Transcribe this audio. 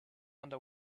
under